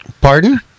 Pardon